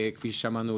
כפי ששמענו,